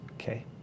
Okay